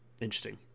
interesting